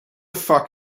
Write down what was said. fuck